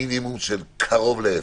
למינימום של קרוב לאפס.